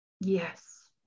Yes